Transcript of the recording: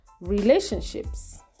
relationships